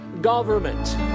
government